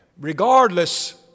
regardless